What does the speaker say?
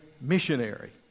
missionary